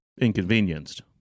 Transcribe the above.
inconvenienced